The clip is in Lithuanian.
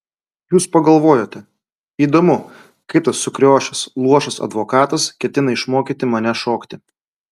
jūs pagalvojote įdomu kaip tas sukriošęs luošas advokatas ketina išmokyti mane šokti